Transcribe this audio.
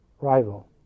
rival